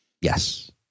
Yes